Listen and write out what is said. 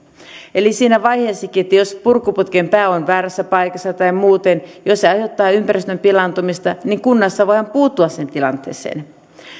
eli siinä vaiheessakin jos purkuputken pää on väärässä paikassa tai jos se muuten aiheuttaa ympäristön pilaantumista niin kunnassa voidaan puuttua siihen tilanteeseen